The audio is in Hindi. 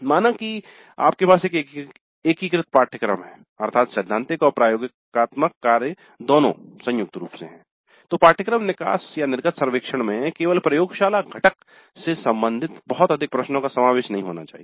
माना की आपके पास एक एकीकृत पाठ्यक्रम है अर्थात सैद्धांतिक और प्रयोगात्मक कार्य दोनों संयुक्त रूप से तो पाठ्यक्रम निकास सर्वेक्षण में केवल प्रयोगशाला घटक से सम्बंधित बहुत अधिक प्रश्नों का समावेश नहीं होना चाहिए